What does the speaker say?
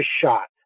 shot